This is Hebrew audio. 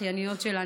אחייניות שלה,